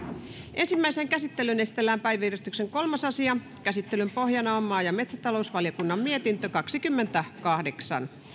ensimmäiseen käsittelyyn esitellään päiväjärjestyksen kolmas asia käsittelyn pohjana on maa ja metsätalousvaliokunnan mietintö kaksikymmentäkahdeksan